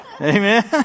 Amen